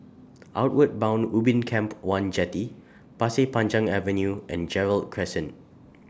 Outward Bound Ubin Camp one Jetty Pasir Panjang Avenue and Gerald Crescent